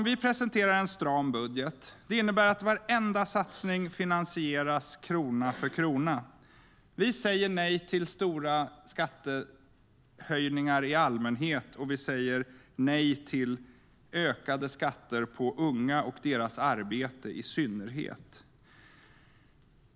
Vi presenterar en stram budget. Det innebär att varenda satsning finansieras krona för krona. Vi säger nej till stora skattehöjningar i allmänhet och säger nej till ökade skatter på unga och deras arbete i synnerhet.